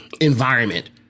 environment